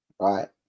right